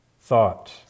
thought